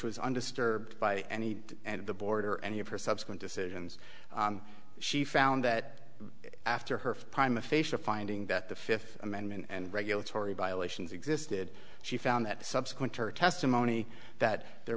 was undisturbed by any of the board or any of her subsequent decisions she found that after her first prime official finding that the fifth amendment and regulatory violations existed she found that subsequent to her testimony that there